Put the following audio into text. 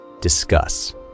Discuss